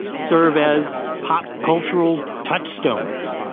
serve as pop cultural touchstones,